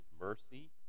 mercy